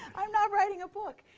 i'm not writing a book.